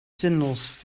sinnlos